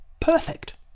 perfect